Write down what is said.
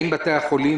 האם בתי החולים,